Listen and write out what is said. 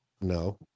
No